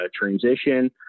transition